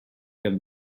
gan